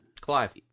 Clive